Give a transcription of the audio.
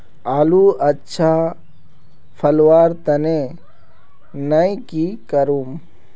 आलूर अच्छा फलवार तने नई की करूम?